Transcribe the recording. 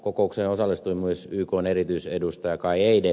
kokoukseen osallistui myös ykn erityisedustaja kai eide